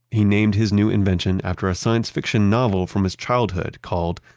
he named his new invention after a science fiction novel from his childhood called,